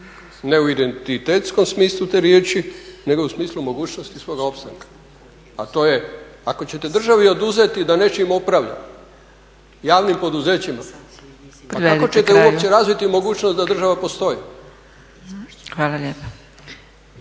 Ne u identitetskom smislu te riječi nego u smislu mogućnosti svoga opstanka, a to je ako ćete državi oduzeti da nečim upravlja, javnim poduzećima pa kako ćete uopće razviti mogućnost da država postoji? **Zgrebec,